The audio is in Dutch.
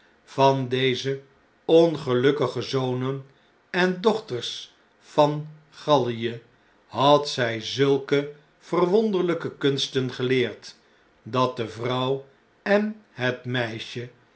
van deze ongelukkige zonen en dochters van ga-je had zjj zulke verwonderlpe kunsten geleerd dat de vrouw en het meisje